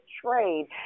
trade